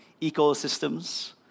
ecosystems